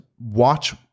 watch